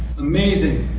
amazing.